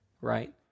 right